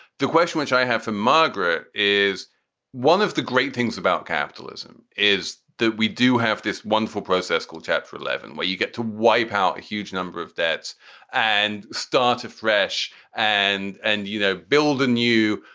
the question which i have for margaret is one of the great things about capitalism is that we do have this wonderful process called chapter eleven, where you get to wipe out a huge number of debts and start afresh and and, you know, build a new.